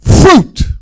fruit